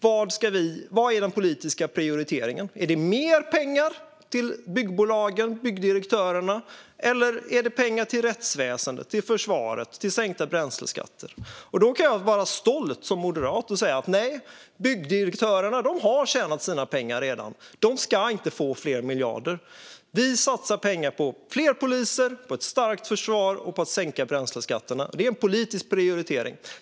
Vad är den politiska prioriteringen? Är det mer pengar till byggbolagen och byggdirektörerna, eller är det pengar till rättsväsendet, försvaret eller sänkta bränsleskatter? Jag kan som moderat vara stolt och säga: Nej, byggdirektörerna har redan tjänat sina pengar. De ska inte få fler miljarder. Vi satsar pengar på fler poliser, ett starkt försvar och att sänka bränsleskatterna. Det är en politisk prioritering.